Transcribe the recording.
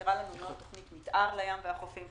חסרה לנו מאוד תוכנית מתאר לים והחופים,